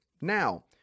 now